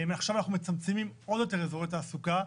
ומעכשיו אנחנו מצמצמים עוד יותר אזורי תעסוקה.